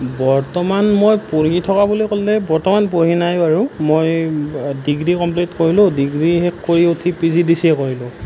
বৰ্তমান মই পঢ়ি থকা বুলি ক'লে বৰ্তমান পঢ়ি নাই বাৰু মই ডিগ্ৰী কমপ্লিট কৰিলোঁ ডিগ্ৰী শেষ কৰি উঠি পিজিডিচিএ কৰিলোঁ